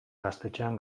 gaztetxean